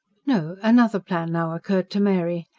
no, another plan now occurred to mary.